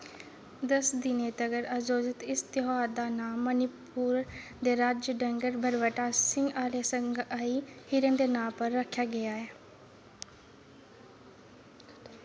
दस दिनें तक्कर आयोजत इस तेहार दा नांऽ मणिपुर दे राज्य डंगर भरभट्टा सींग आह्ले संगाई हिरन दे नांऽ पर रक्खेआ गेआ ऐ